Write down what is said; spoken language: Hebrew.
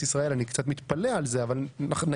ישראל אני קצת מתפלא על זה אבל נגיד.